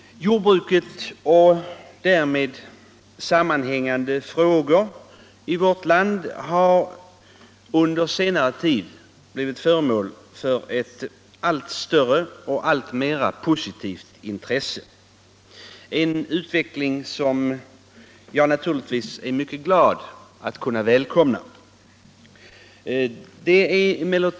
Jordbruket i vårt land och därmed sammanhängande frågor har under senare tid blivit föremål för ett allt större och alltmer positivt intresse, en utveckling som jag naturligtvis välkomnar.